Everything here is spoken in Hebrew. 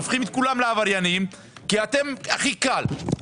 הופכים את כולם לעבריינים כי הכי קל.